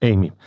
Amy